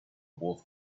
wharf